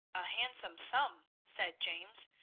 a handsome sum said james,